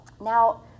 Now